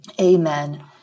Amen